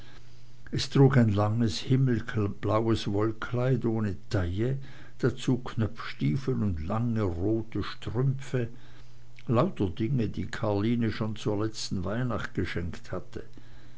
es trug ein langes himmelblaues wollkleid ohne taille dazu knöpfstiefel und lange rote strümpfe lauter dinge die karline schon zu letzten weihnachten geschenkt hatte